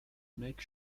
make